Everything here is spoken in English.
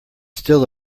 still